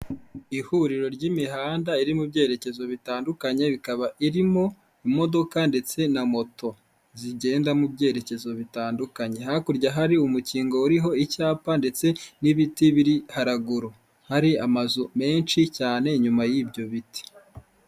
Ihuriro ry'imihanda iri mu byerekezo bitandukanye, ikaba irimo imodoka ndetse na moto zigenda mu byerekezo bitandukanye, hakurya hari umukingo uriho icyapa ndetse n'ibiti biri haraguru, hari amazu menshi cyane inyuma y'ibyo biti.